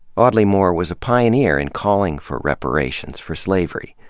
audley moore was a pioneer in calling for reparations for slavery.